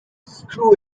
screw